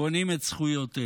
קונים את זכויותיהם.